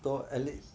多 at least